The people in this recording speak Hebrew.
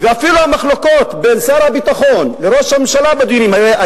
ואפילו המחלוקות בין שר הביטחון לראש הממשלה בדיונים האלה,